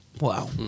wow